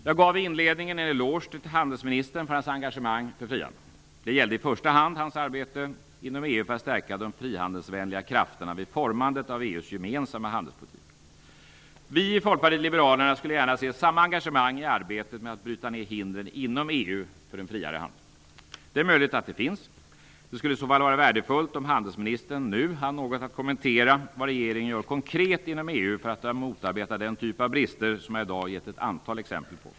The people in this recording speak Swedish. Jag gav i inledningen en eloge till handelsministern för hans engagemang för frihandeln. Det gäller i första hand hans arbete inom EU för att stärka de frihandelsvänliga krafterna vid formandet av EU:s gemensamma handelspolitik. Vi i Folkpartiet liberalerna skulle gärna se samma engagemang i arbetet med att bryta ned hindren inom EU för en friare handel. Det är möjligt att det finns. Det skulle i så fall vara värdefullt om handelsministern nu hann kommentera något av vad regeringen gör konkret inom EU för att motarbeta den typ av brister som jag i dag har gett ett antal exempel på.